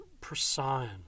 Procyon